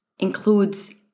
includes